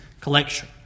collection